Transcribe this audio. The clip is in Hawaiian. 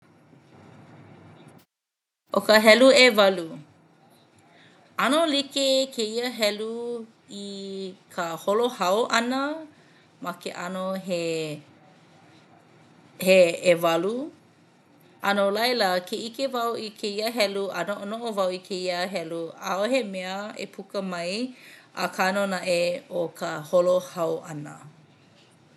ʻO ka helu ʻewalu, ʻano like kēia helu i ka holo hau ʻana ma ke ʻano he he ʻewalu. A no laila ke ʻike wau i kēia helu a noʻonoʻo wau i kēia helu ʻaʻohe mea e puka mai akā nō naʻe ʻo ka holo hau ʻana.